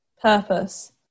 purpose